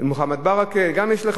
מוחמד ברכה גם יש לך,